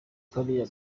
kariya